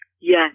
Yes